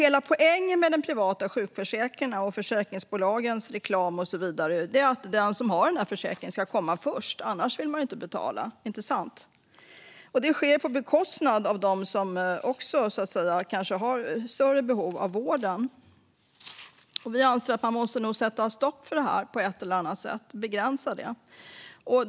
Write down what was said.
Hela poängen med de privata sjukförsäkringarna, försäkringsbolagens reklam och så vidare är att den som har försäkringen ska gå först. Annars vill ju ingen betala, inte sant? Det sker då på bekostnad av dem som dessutom kanske har större behov av vården. Vi anser att man nog måste sätta stopp för eller begränsa detta på ett eller annat sätt.